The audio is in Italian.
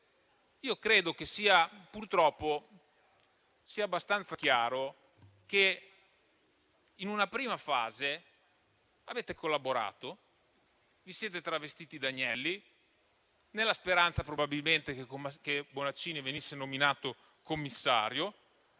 Credo che purtroppo sia abbastanza chiaro che in una prima fase avete collaborato e vi siete travestiti da agnelli nella speranza probabilmente che Bonaccini venisse nominato commissario.